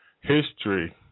history